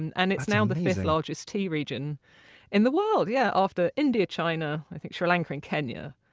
and and it's now the fifth largest tea region in the world yeah after india, china, sri lanka and kenya.